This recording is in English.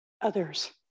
others